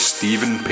Stephen